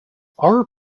our